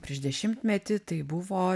prieš dešimtmetį tai buvo